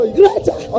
greater